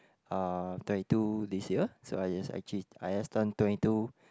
uh twenty two this year so I just actually I just turned twenty two